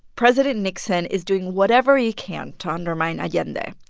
president nixon is doing whatever he can to undermine allende.